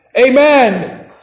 amen